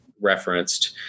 referenced